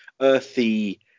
earthy